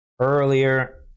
earlier